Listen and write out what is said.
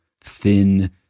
thin